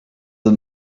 the